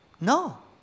No